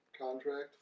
Contract